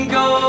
go